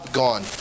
gone